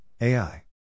AI